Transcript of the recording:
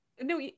no